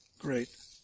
great